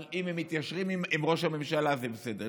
אם הם מתיישרים עם ראש הממשלה זה בסדר,